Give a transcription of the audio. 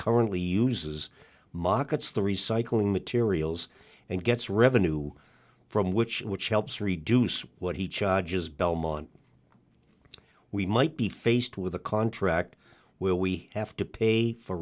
currently uses mockups the recycling materials and gets revenue from which which helps reduce what he charges belmont we might be faced with a contract where we have to pay for